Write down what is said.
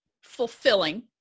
fulfilling